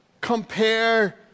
compare